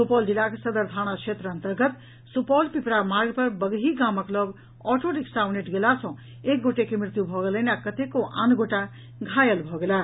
सुपौल जिलाक सदर थाना क्षेत्र अन्तर्गत सुपौल पिपरा मार्ग पर बगही गामक लऽग ऑटो रिक्शा उनटि गेला सँ एक गोटे के मृत्यु भऽ गेलनि आ कतेको आन गोटा घालय भऽ गेलाह